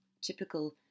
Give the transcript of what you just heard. typical